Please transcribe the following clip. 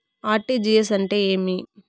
RTGS అంటే ఏమి?